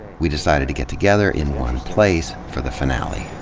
we decided to get together in one place for the finale.